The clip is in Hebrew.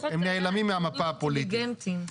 הם נעלמים מהמפה הפוליטית.